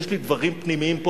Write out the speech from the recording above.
יש לי דברים פנימיים פה,